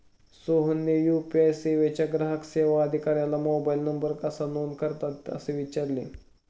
सोहनने यू.पी.आय सेवेच्या ग्राहक सेवा अधिकाऱ्याला मोबाइल नंबर कसा नोंद करतात असे विचारले